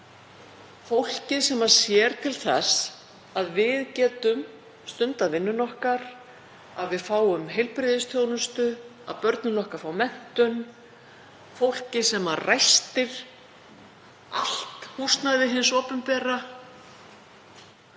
fólkið sem sér til þess að við getum stundað vinnu okkar, að við fáum heilbrigðisþjónustu, að börnin okkar fái menntun, fólkið sem ræstir allt húsnæði hins opinbera